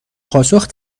پاسخ